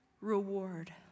reward